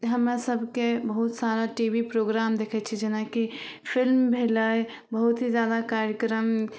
हमरासभकेँ बहुत सारा टी वी प्रोग्राम देखै छिए जेनाकि फिलिम भेलै बहुत ही जादा कार्यक्रम